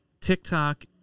TikTok